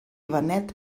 benet